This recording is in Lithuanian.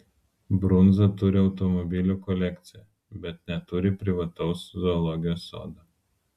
brunza turi automobilių kolekciją bet neturi privataus zoologijos sodo